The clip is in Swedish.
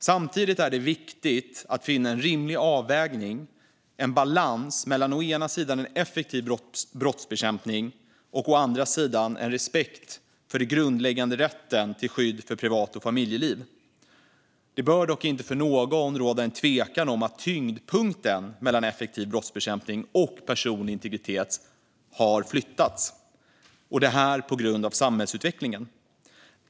Samtidigt är det viktigt att finna en rimlig avvägning, en balans, mellan å ena sidan effektiv brottsbekämpning och å andra sidan respekt för den grundläggande rätten till skydd av privat och familjeliv. Det bör dock inte för någon råda tvekan om att tyngdpunkten mellan effektiv brottsbekämpning och personlig integritet har flyttats. Det är på grund av samhällsutvecklingen.